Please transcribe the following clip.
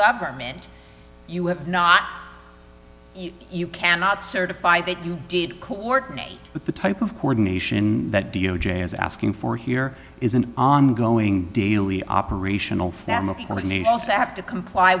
government you have not you cannot certify that you did coordinate with the type of cordon that d o j is asking for here is an ongoing daily operational also have to comply